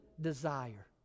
desire